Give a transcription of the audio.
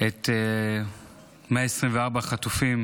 את 124 החטופים,